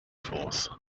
forth